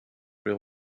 real